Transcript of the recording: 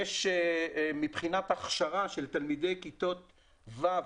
מבחינת הכשרה של תלמידי כיתות ו'